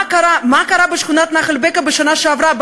מה קרה בשכונת נחל-בקע בשנה שבעברה,